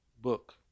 book